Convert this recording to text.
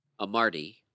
Amarty